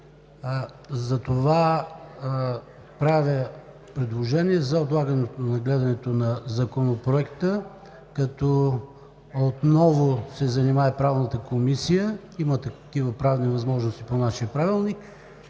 Затова правя предложение за отлагане разглеждането на Законопроекта, като отново се занимае Правната комисия – има такива правни възможности по нашия правилник,